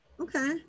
Okay